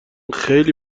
خیلی